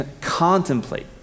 contemplate